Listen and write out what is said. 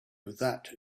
that